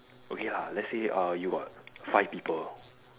okay lah let's say uh you got five people